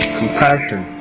compassion